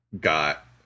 got